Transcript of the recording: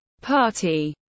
party